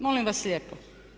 Molim vas lijepo.